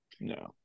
no